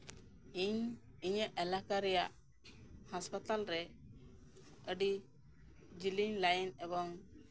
ᱤᱧ ᱤᱧᱟᱹᱜ ᱮᱞᱟᱠᱟ ᱨᱮᱭᱟᱜ ᱦᱟᱥᱯᱟᱛᱟᱞ ᱨᱮ ᱟᱹᱰᱤ ᱡᱤᱞᱤᱧ ᱞᱟᱭᱤᱱ ᱮᱵᱚᱝ